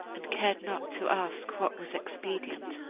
and cared not to ask what was expedient,